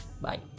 bye